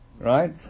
Right